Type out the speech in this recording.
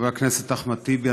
חבר הכנסת אחמד טיבי,